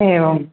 एवम्